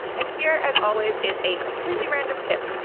and here, as always, is a completely random tip.